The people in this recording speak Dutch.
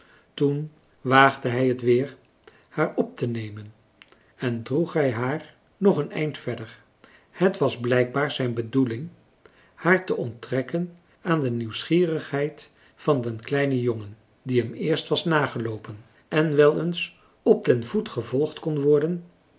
toen waagde hij het weer haar op te nemen en droeg hij haar nog een eind verder het was blijkbaar zijn bedoeling haar te onttrekken aan de nieuwsgierigheid van den kleinen jongen die hem eerst was nageloopen en wel eens op den voet gevolgd kon worden